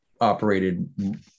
operated